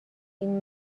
این